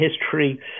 history